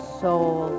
soul